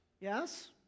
yes